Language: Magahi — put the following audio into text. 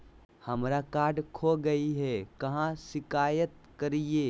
हमरा कार्ड खो गई है, कहाँ शिकायत करी?